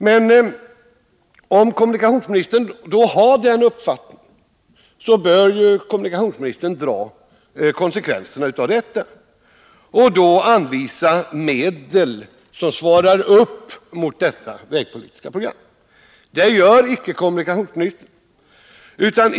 Men om kommunikationsministern har den uppfattningen bör han dra konsekvenserna av det och anvisa medel som svarar upp mot detta vägpolitiska program. Det gör icke kommunikationsministern.